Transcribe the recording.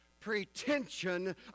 pretension